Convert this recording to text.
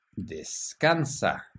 descansa